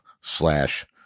slash